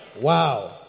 wow